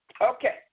Okay